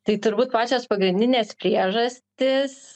tai turbūt pačios pagrindinės priežastys